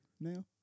now